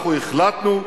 אנחנו החלטנו,